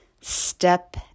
step